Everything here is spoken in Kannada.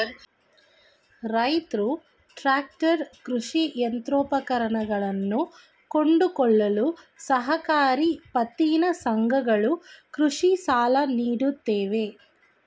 ರೈತ್ರು ಟ್ರ್ಯಾಕ್ಟರ್, ಕೃಷಿ ಯಂತ್ರೋಪಕರಣಗಳನ್ನು ಕೊಂಡುಕೊಳ್ಳಲು ಸಹಕಾರಿ ಪತ್ತಿನ ಸಂಘಗಳು ಕೃಷಿ ಸಾಲ ನೀಡುತ್ತವೆ